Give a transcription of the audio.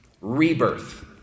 Rebirth